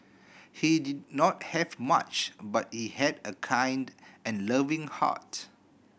he did not have much but he had a kind and loving heart